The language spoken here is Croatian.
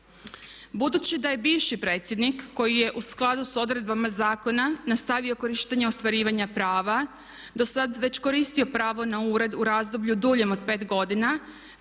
Budući da je bivši predsjednik koji je u skladu sa odredbama zakona nastavio korištenje ostvarivanja prava do sad već koristio pravo na ured u razdoblju duljem od pet godina,